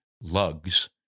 lugs